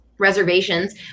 Reservations